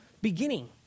beginning